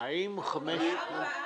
שההסכם היה קיים והתיקונים ברובם הם טכניים